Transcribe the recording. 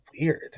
weird